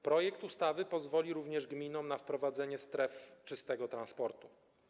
Projekt ustawy pozwoli również gminom na wprowadzenie stref czystego transportu.